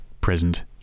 present